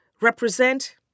represent